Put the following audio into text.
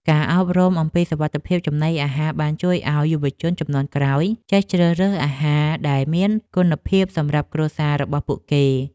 ការអប់រំអំពីសុវត្ថិភាពចំណីអាហារបានជួយឱ្យយុវជនជំនាន់ក្រោយចេះជ្រើសរើសអាហារដែលមានគុណភាពសម្រាប់គ្រួសាររបស់ពួកគេ។